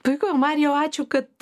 tai ką marijau ačiū kad